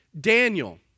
Daniel